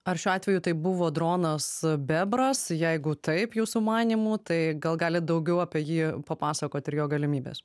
ar šiuo atveju tai buvo dronas bebras jeigu taip jūsų manymu tai gal galit daugiau apie jį papasakoti ir jo galimybes